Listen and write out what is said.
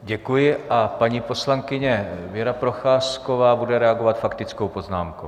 Děkuji a paní poslankyně Věra Procházková bude reagovat faktickou poznámkou.